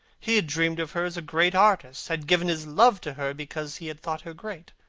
he had dreamed of her as a great artist, had given his love to her because he had thought her great.